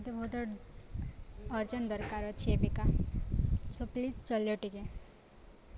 ମତେ ବହୁତ ଅର୍ଜେଣ୍ଟ ଦରକାର ଅଛି ଏବେକା ସୋ ପ୍ଲିଜ୍ ଟିକେ